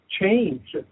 change